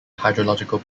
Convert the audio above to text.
hydrological